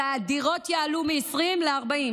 שמספר הדירות יעלה מ-20 ל-40.